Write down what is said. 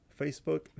Facebook